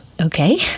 Okay